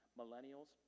millennials